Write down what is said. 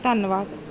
ਧੰਨਵਾਦ